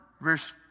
verse